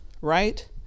right